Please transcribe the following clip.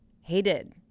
Hated